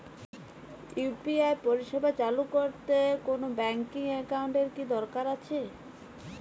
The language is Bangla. ইউ.পি.আই পরিষেবা চালু করতে কোন ব্যকিং একাউন্ট এর কি দরকার আছে?